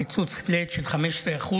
הקיצוץ פלאט של 15%,